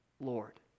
Lord